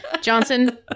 Johnson